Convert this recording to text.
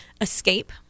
Escape